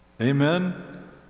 Amen